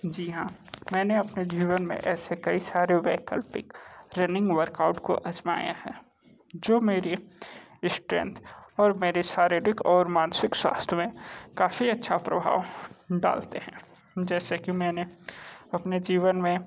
जी हाँ मैंने अपने जीवन में ऐसे कई सारे वैकल्पिक रन्निंग वर्काउट को आज़माया है जो मेरी इस्ट्रेंथ और मेरी शारीरिक और मानसिक स्वास्थ्य में काफ़ी अच्छा प्रभाव डालते हैं जैसे कि मैंने अपने जीवन में